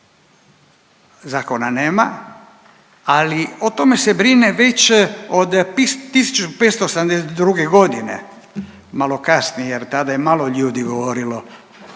zakona nema, ali o tome se brine već od 1572. g., malo kasnije jer tada je malo ljudi govorilo